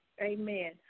Amen